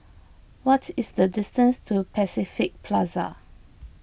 what is the distance to Pacific Plaza